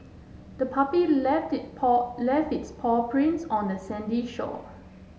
the puppy left it paw left its paw prints on the sandy shore